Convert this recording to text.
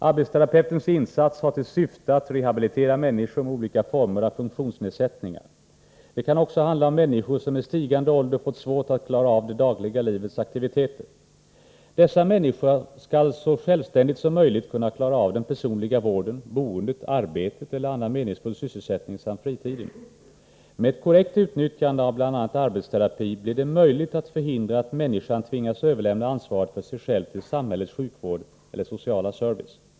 Arbetsterapeutens insats har till syfte att rehabilitera människor med olika former av funktionsnedsättningar. Det kan också handla om människor som med stigande ålder fått svårt att klara av det dagliga livets aktiviteter. Dessa människor skall så självständigt som möjligt kunna klara av den personliga vården, boendet, arbetet eller annan meningsfull sysselsättning samt fritiden. Med ett korrekt utnyttjande av bl.a. arbetsierapi blir det möjligt att förhindra att människan tvingas överlämna ansvaret för sig själv till samhällets sjukvård eller social service.